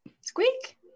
Squeak